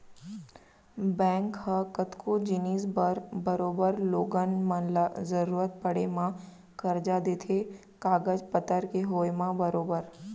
bank ह कतको जिनिस बर बरोबर लोगन मन ल जरुरत पड़े म करजा देथे कागज पतर के होय म बरोबर